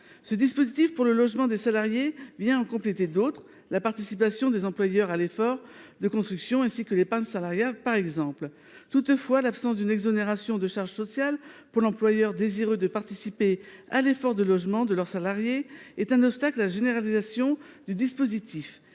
Ce dispositif pour le logement des salariés vient en compléter d’autres comme la participation des employeurs à l’effort de construction (Peec) ou encore, par exemple, l’épargne salariale. Toutefois, l’absence d’exonération de charges sociales pour l’employeur désireux de participer à l’effort de logement de ses salariés est un obstacle à la généralisation du dispositif.